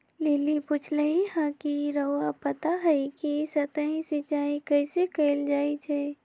lily पुछलई ह कि रउरा पता हई कि सतही सिंचाई कइसे कैल जाई छई